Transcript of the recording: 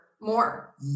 more